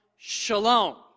Shalom